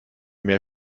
mehr